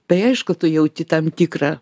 tai aišku tu jauti tam tikrą